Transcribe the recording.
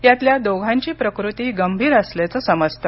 यातल्या दोघांची प्रकृती गभीर असल्याचं समजतं